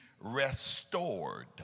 restored